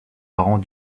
parents